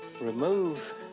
remove